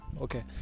okay